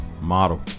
Model